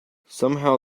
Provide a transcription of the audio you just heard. somehow